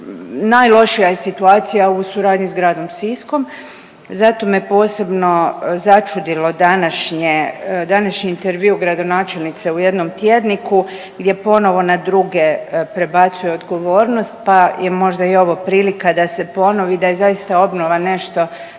najlošija je situacija u suradnji s gradom Siskom. Zato me posebno začudilo današnje, današnji intervjuu gradonačelnice u jednom tjedniku gdje ponovno na druge prebacuje odgovornost, pa je možda i ovo prilika da se ponovi, da je zaista obnova nešto